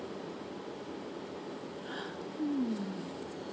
mm